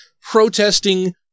protesting